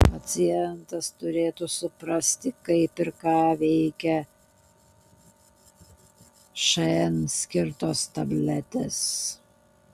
pacientas turėtų suprasti kaip ir ką veikia šn skirtos tabletės